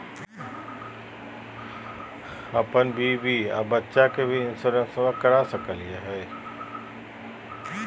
अपन बीबी आ बच्चा के भी इंसोरेंसबा करा सकली हय?